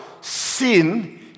sin